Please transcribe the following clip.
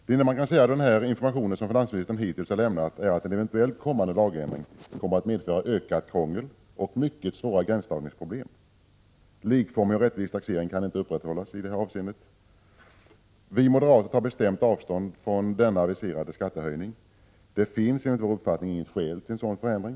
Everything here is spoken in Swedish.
Det enda man kan konstatera med anledning av den information som finansministern hittills har lämnat är att en eventuell lagändring kommer att medföra ökat krångel och mycket svåra gränsdragningsproblem. Likformig och rättvis taxering kan inte upprätthållas i det här avseendet. Vi moderater tar bestämt avstånd från den aviserade skattehöjningen. Det finns enligt vår uppfattning inget skäl till en sådan förändring.